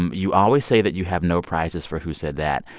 um you always say that you have no prizes for who said that?